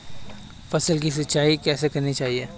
फसल की सिंचाई कैसे करनी चाहिए?